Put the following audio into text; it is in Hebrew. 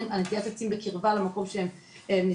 על נטיעת עצים וקירבה למקום שהם נכרתו,